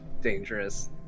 dangerous